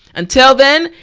until then,